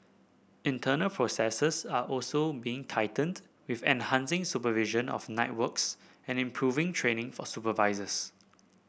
internal processes are also being tightened with enhancing supervision of night works and improving training for supervisors